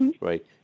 Right